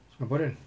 singaporean